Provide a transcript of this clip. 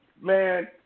man